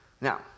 Now